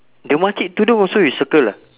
the makcik tudung also you circle ah